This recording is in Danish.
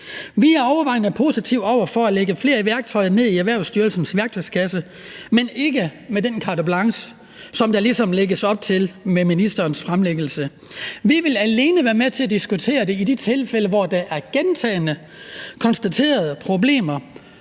Vi er overvejende positive over for at lægge flere værktøjer ned i Erhvervsstyrelsens værktøjskasse, men ikke med den carte blanche, som der ligesom lægges op til i ministerens fremlæggelse. Vi vil alene være med til at diskutere det i de tilfælde, hvor der gentagne gange konstateres problemer